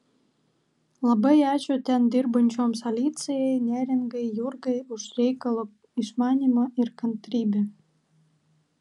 labai ačiū ten dirbančioms alicijai neringai jurgai už reikalo išmanymą ir kantrybę